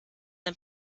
ein